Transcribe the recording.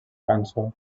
cançó